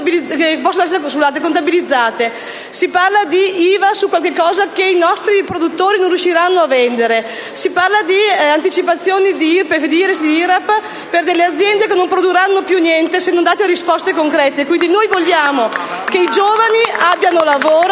Si parla di IVA su qualche cosa che i nostri produttori non riusciranno a vendere. Si parla di anticipazioni di IRPEF, di IRES e di IRAP per delle aziende che non produrranno più niente, se non date delle risposte concrete. Quindi noi vogliamo che i giovani abbiano lavoro